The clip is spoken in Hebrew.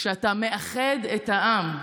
כשאתה מאחד את העם,